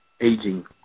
aging